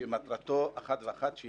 שמטרתו אחת בלבד: